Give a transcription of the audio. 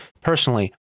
personally